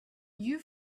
you